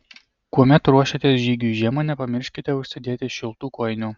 kuomet ruošiatės žygiui žiemą nepamirškite užsidėti šiltų kojinių